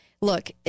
look